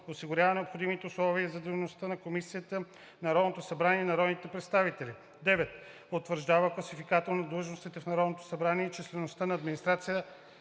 осигурява необходимите условия за дейността на комисиите на Народното събрание и на народните представители; 9. утвърждава класификатор на длъжностите в Народното събрание и числеността на администрацията